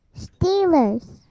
Steelers